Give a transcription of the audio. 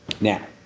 Now